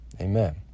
Amen